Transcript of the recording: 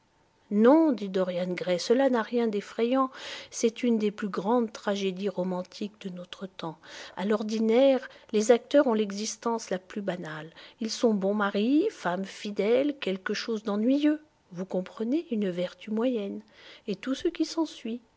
non dit dorian gray cela n'a rien d'effrayant c'est une des plus grandes tragédies romantiques de notre temps a l'ordinaire les acteurs ont l'existence la plus banale ils sont bons maris femmes fidèles quelque chose d'ennuyeux vous comprenez une vertu moyenne et tout ce qui s'ensuit